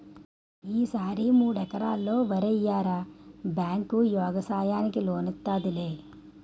ఈ సారి మూడెకరల్లో వరెయ్యరా బేంకు యెగసాయానికి లోనిత్తాదిలే